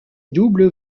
double